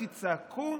כי צעקו,